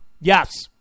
Yes